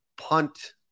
punt